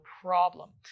problem